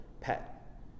pet